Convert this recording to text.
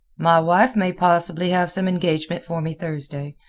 my wife may possibly have some engagement for me thursday.